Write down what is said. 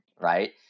right